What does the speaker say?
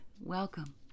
Welcome